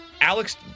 Alex